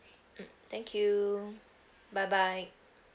mm thank you bye bye